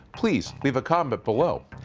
please leave a comment below.